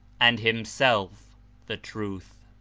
and himself the truth.